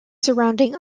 surrounding